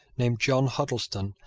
named john huddleston,